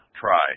try